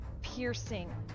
piercing